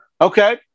Okay